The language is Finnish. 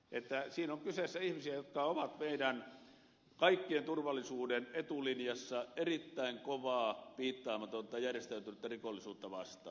siinä ovat kyseessä ihmiset jotka ovat meidän kaikkien turvallisuutemme etulinjassa erittäin kovaa piittaamatonta järjestäytynyttä rikollisuutta vastaan